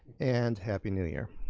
and happy new year.